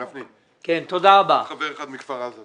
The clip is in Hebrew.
גפני, יש חבר אחד מכפר עזה.